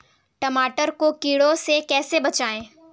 टमाटर को कीड़ों से कैसे बचाएँ?